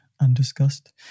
Undiscussed